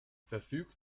verfügt